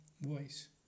voice